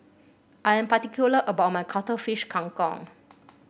I am particular about my Cuttlefish Kang Kong